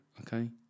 okay